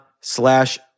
slash